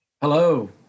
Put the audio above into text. Hello